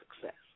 success